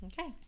okay